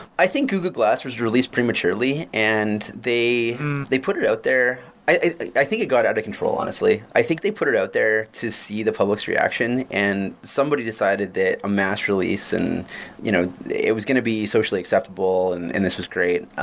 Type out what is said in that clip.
i think google glass was released prematurely and they put it out there i think it got out of control, honestly. i think they put it out there to see the public's reaction. and somebody decided that a mass release and you know it was going to be socially acceptable and and this was great